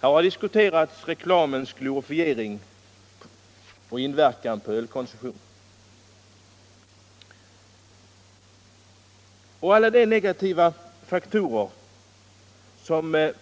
Här har diskuterats reklamens glorifiering av ölkonsumtionen. Alla de negativa faktorer som